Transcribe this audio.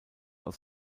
aus